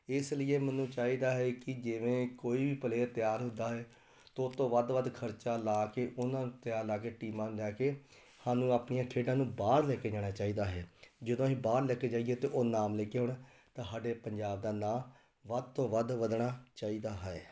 ਇਸ ਲੀਏ ਮੈਨੂੰ ਚਾਹੀਦਾ ਹੈ ਕਿ ਜਿਵੇਂ ਕੋਈ ਵੀ ਪਲੇਅਰ ਤਿਆਰ ਹੁੰਦਾ ਹੈ ਤੋ ਤੋ ਵੱਧ ਵੱਧ ਖਰਚਾ ਲਾ ਕੇ ਉਹਨਾਂ 'ਤੇ ਲਾ ਕੇ ਟੀਮਾਂ ਨੂੰ ਲਿਆ ਕੇ ਸਾਨੂੰ ਆਪਣੀਆਂ ਖੇਡਾਂ ਨੂੰ ਬਾਹਰ ਲੈ ਕੇ ਜਾਣਾ ਚਾਹੀਦਾ ਹੈ ਜਦੋਂ ਅਸੀਂ ਬਾਹਰ ਲੈ ਕੇ ਜਾਈਏ ਅਤੇ ਉਹ ਇਨਾਮ ਲੈ ਕੇ ਆਉਣ ਤਾਂ ਸਾਡੇ ਪੰਜਾਬ ਦਾ ਨਾਂ ਵੱਧ ਤੋਂ ਵੱਧ ਵਧਣਾ ਚਾਹੀਦਾ ਹੈ